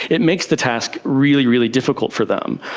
it makes the task really, really difficult for them.